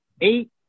eight